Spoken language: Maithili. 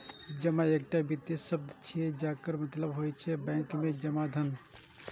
जमा एकटा वित्तीय शब्द छियै, जकर मतलब होइ छै बैंक मे जमा धन